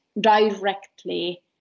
directly